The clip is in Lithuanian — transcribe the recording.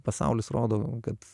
pasaulis rodo kad